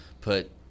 put